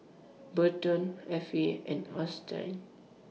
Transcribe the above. Burton Affie and Austyn